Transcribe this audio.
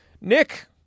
Nick